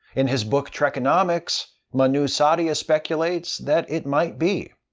in his book trekonomics, manu saadia speculates that it might be.